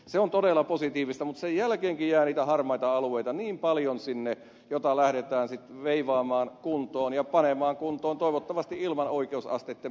se on todella positiivista mutta sen jälkeenkin jää niin paljon niitä harmaita alueita joita lähdetään sitten veivaamaan ja panemaan kuntoon toivottavasti ilman oikeusasteitten päätöksiä